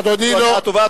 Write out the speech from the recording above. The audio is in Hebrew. זו הצעה טובה.